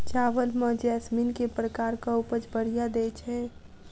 चावल म जैसमिन केँ प्रकार कऽ उपज बढ़िया दैय छै?